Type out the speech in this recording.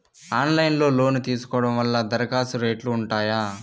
Online లో loan తీసుకోవడం వల్ల దరఖాస్తు రేట్లు ఉంటాయా?